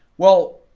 well,